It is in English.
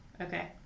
Okay